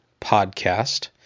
Podcast